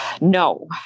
no